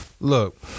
Look